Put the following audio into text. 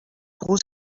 gros